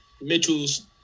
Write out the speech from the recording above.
Mitchell's